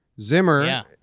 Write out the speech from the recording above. Zimmer